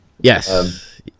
Yes